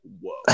whoa